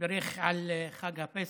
שבירך על חג הפסח.